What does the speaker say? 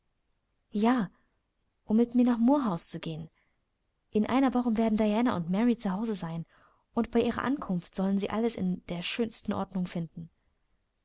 ja um mit mir nach moor house zu gehen in einer woche werden diana und mary zu hause sein und bei ihrer ankunft sollen sie alles in der schönsten ordnung finden